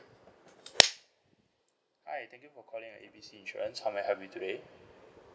hi thank you for calling A B C insurance how may I help you today